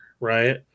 right